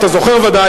אתה זוכר ודאי,